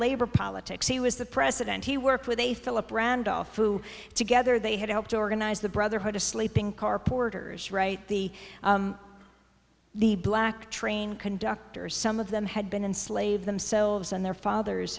labor politics he was the president he worked with a philip randolph who together they had helped organize the brotherhood of sleeping car porters right the the black train conductor some of them had been enslaved themselves and their fathers